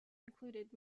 included